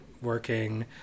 working